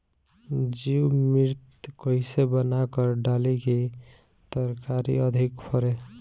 जीवमृत कईसे बनाकर डाली की तरकरी अधिक फरे?